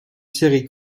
série